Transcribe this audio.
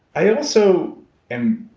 i also am